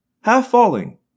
half-falling